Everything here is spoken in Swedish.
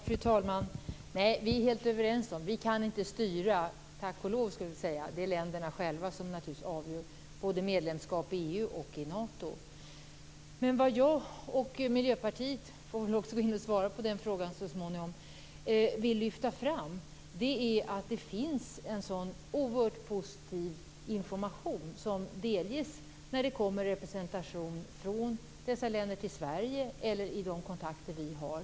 Fru talman! Vi är helt överens om att vi tack och lov inte kan styra. Det är naturligtvis länderna själva som avgör frågan om medlemskap i EU och i Nato. Vad jag och Miljöpartiet, som får gå in och svara på den frågan så småningom, vill lyfta fram är att det är en oerhört positiv information som förmedlas när det kommer representation från dessa länder till Sverige eller i de kontakter vi har.